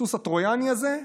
הסוס הטרויאני הזה,